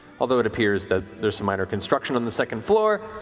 although it appears that there's some minor construction on the second floor,